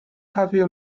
kaffee